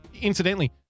Incidentally